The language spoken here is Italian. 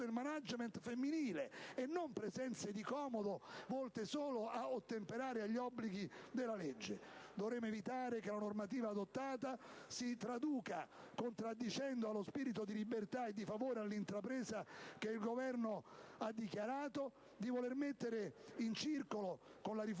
il *management* femminile, e non presenze di comodo volte solo ad ottemperare agli obblighi della legge. Dovremo evitare che la normativa adottata si traduca, contraddicendo lo spirito di libertà e di favore all'intrapresa che il Governo ha dichiarato di voler mettere in circolo con la riforma